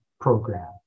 program